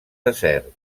desert